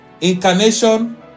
incarnation